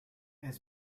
est